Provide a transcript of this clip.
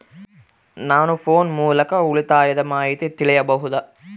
ನಾವು ಫೋನ್ ಮೂಲಕ ಉಳಿತಾಯದ ಮಾಹಿತಿ ತಿಳಿಯಬಹುದಾ?